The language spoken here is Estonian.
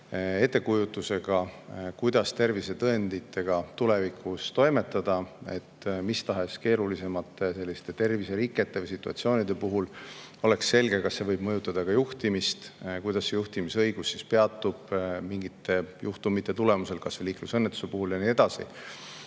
ettekujutusega, kuidas tervisetõenditega tulevikus toimetada, et mis tahes keerulisemate terviserikete või situatsioonide puhul oleks selge, kas see võib mõjutada ka juhtimist, kuidas juhtimisõigus peatub mingite juhtumite korral, kas või liiklusõnnetuse puhul ja nii edasi.